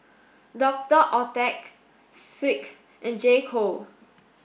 Doctor Oetker Schick and J co